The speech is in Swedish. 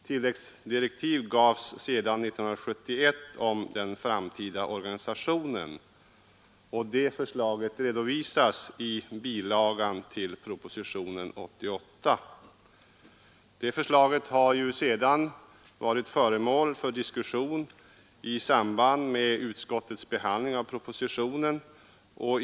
Tilläggsdirektiv gavs sedan 1971 om den framtida organisationen. Förslaget redovisas i bilagan till propositionen 88. Det förslaget har sedan varit föremål för diskussion i samband med utskottets behandling av propositionen.